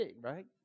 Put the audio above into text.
right